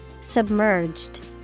Submerged